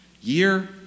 Year